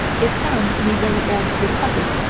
if found in a very old deposit,